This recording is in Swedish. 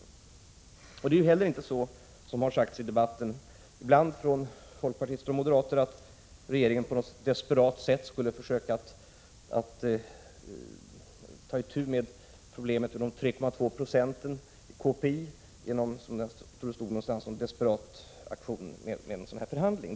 Det är inte heller så, som ibland har sagts i debatten från folkpartister och moderater, att regeringen på något desperat sätt skulle försöka ta itu med problemet med de 3,2 procenten KPI genom, som det stod någonstans, en desperat aktion vid förhandlingen.